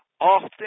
often